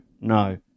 no